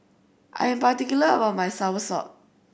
I'm particular about my soursop